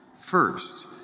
First